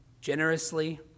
generously